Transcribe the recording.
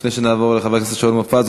לפני שנעבור לחבר הכנסת שאול מופז,